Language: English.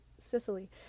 Sicily